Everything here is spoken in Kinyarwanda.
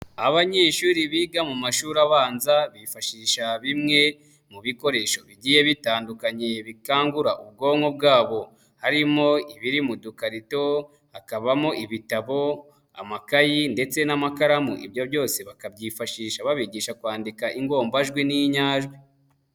Abanyeshuri biga mu mashuri abanza, bifashisha bimwe mu bikoresho bigiye bitandukanye bikangura ubwonko bwabo, harimo ibiri mu dukarito, hakabamo ibitabo, amakayi ndetse n'amakaramu, ibyo byose bakabyifashisha babigisha kwandika ingombajwi n'inyajwi.